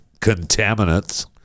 contaminants